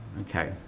Okay